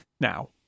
now